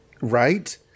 Right